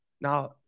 now